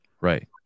Right